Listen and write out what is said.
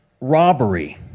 robbery